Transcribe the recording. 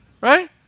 Right